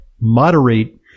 moderate